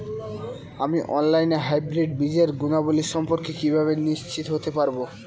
আমি অনলাইনে হাইব্রিড বীজের গুণাবলী সম্পর্কে কিভাবে নিশ্চিত হতে পারব?